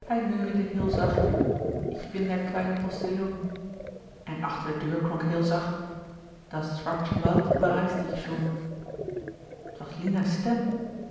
neuriede heel zacht ich bin der kleine postillon en achter de deur klonk heel zacht das schwarze wald bereiste ich schon t was lina's stem